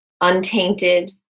untainted